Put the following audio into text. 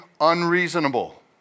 unreasonable